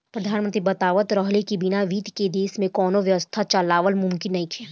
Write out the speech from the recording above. प्रधानमंत्री बतावत रहले की बिना बित्त के देश में कौनो व्यवस्था चलावल मुमकिन नइखे